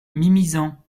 mimizan